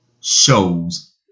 shows